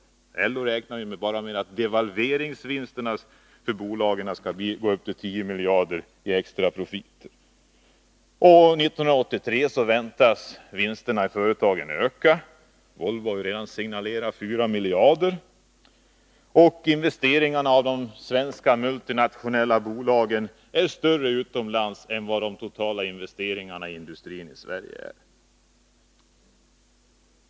LO räknar med att bara devalveringsvinsterna skall ge bolagen 10 miljarder i extra profiter. 1983 väntas vinsterna i företagen öka; Volvo har sedan signalerat 4 miljarder. Och investeringarna av de svenska multinationella företagen utomlands är större än de totala industriinvesteringarna i Sverige.